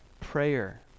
prayer